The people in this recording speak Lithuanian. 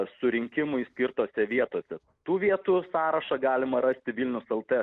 surinkimui skirtose vietose tų vietų sąrašą galima rasti vilnius el tė